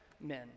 men